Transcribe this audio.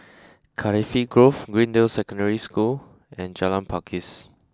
Cardifi Grove Greendale Secondary School and Jalan Pakis